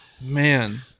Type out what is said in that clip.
Man